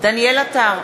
דניאל עטר,